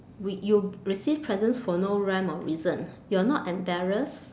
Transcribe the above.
we you receive presents for no rhyme or reason you are not embarrassed